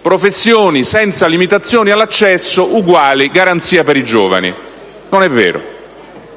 professioni non vi sono limitazioni all'accesso, vuol dire garanzie per i giovani. Non è vero;